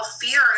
fear